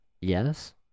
Yes